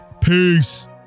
peace